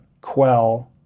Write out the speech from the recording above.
quell